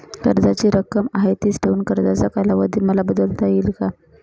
कर्जाची रक्कम आहे तिच ठेवून कर्जाचा कालावधी मला बदलता येईल का?